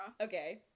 Okay